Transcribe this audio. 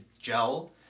gel